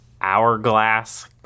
hourglass